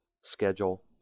schedule